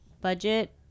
budget